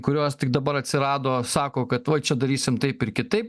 kurios tik dabar atsirado sako kad uoj čia darysim taip ir kitaip